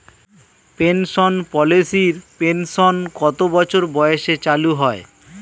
Pension পলিসির pension কত বছর বয়সে চালু হয়?